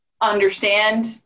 understand